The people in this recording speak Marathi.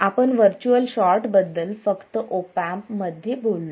आपण व्हर्च्युअल शॉर्ट बद्दल फक्त ऑप एम्प मध्ये बोललो